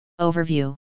Overview